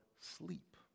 sleep